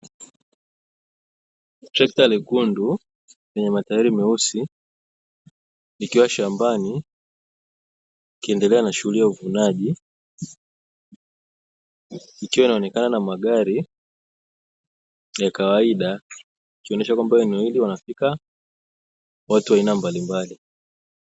Trekta lekundu lenye matairi meusi, likiwa shambani likiendelea na shughuli ya uvunaji, ikiwa inaonekana magari ya kawaida, ikionyesha eneo hili wanafika watu wa aina mbalimbali.